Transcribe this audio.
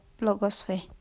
blogosphere